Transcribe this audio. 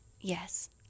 Yes